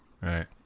right